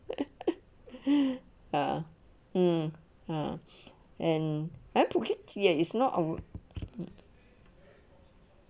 ah mm ah and ah bukit is not ah